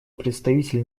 представитель